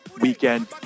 weekend